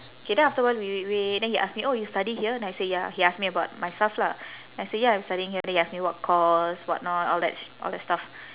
K then after a while wait wait wait then he ask me oh you study here then I say ya he ask me about myself lah then I say ya I'm studying here then he ask me what course what not all that sh~ all that stuff